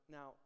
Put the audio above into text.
Now